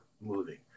moving